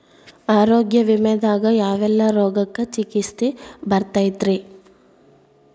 ಆರೋಗ್ಯ ವಿಮೆದಾಗ ಯಾವೆಲ್ಲ ರೋಗಕ್ಕ ಚಿಕಿತ್ಸಿ ಬರ್ತೈತ್ರಿ?